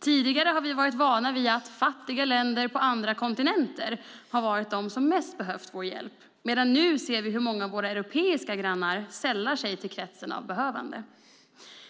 Tidigare har vi varit vana vid att fattiga länder på andra kontinenter har varit de som mest behövt vår hjälp, medan vi nu ser hur många av våra europeiska grannar sällar sig till kretsen av behövande.